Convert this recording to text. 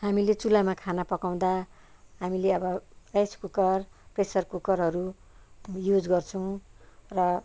हामीले चुल्हामा खाना पकाउँदा हामीले अब राइस कुकर प्रेसर कुकरहरू युज गर्छौँ र